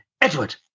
Edward